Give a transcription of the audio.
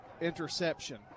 interception